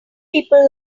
people